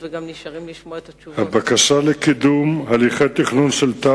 עשר וחצי וכמה נערים בני 14. רצוני לשאול: 1. האם נכון הדבר?